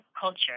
culture